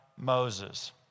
Moses